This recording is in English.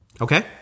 Okay